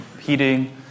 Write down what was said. heating